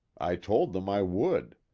i told them i would.